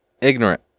ignorant